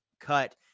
cut